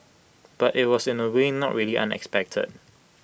but IT was in A way not really unexpected